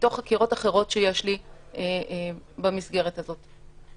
מתוך חקירות אחרות שיש לי במסגרת הזאת.